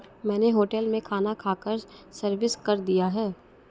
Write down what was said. मैंने होटल में खाना खाकर सर्विस कर दिया है